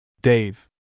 Dave